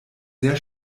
sehr